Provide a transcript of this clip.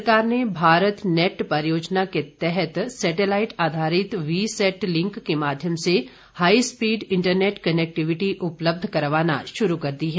राज्य सरकार ने भारत नेट परियोजना के तहत सेटेलाईट आधारित वीसैट लिंक के माध्यम से हाई स्पीड इंटरनेट कनैक्टिविटी उपलब्ध करवाना शुरू कर दी है